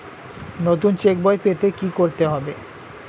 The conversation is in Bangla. নতুন চেক বই পেতে কী করতে হবে?